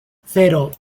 cero